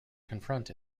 confront